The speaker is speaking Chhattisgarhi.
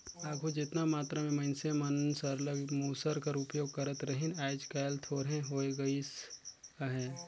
आघु जेतना मातरा में मइनसे मन सरलग मूसर कर उपियोग करत रहिन आएज काएल थोरहें होए लगिस अहे